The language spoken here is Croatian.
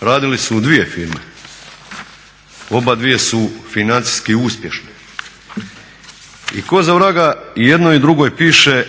radile u dvije firme. Obje su financijski uspješne. I ko za vraga i jednoj i drugoj piše